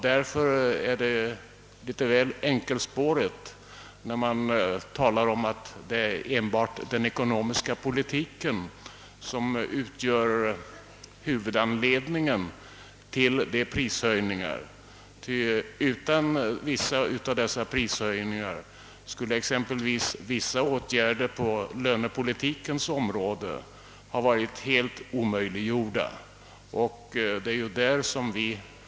Därför är det litet väl enkelspårigt att säga att det är den ekonomiska politiken som utgör huvudanledningen till prishöjningarna, ty utan vissa av dessa prishöjningar skulle exempelvis vissa åtgärder på lönepolitikens område ha varit helt omöjliga att genomföra.